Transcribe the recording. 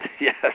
Yes